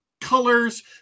colors